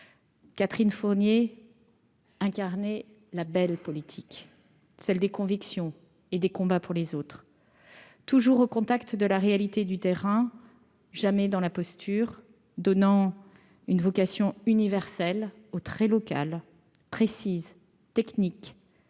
Catherine Fournier incarner la belle politique, celle des convictions et des combats pour les autres. Toujours au contact de la réalité du terrain jamais dans la posture donnant une vocation universelle oh très locales, précise technique